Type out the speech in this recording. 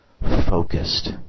Focused